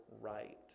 right